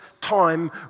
time